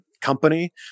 company